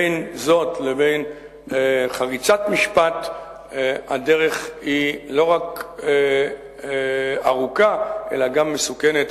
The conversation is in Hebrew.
בין זאת לבין חריצת משפט הדרך היא לא רק ארוכה אלא גם מסוכנת.